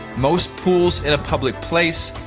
most pools in a public place,